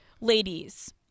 Ladies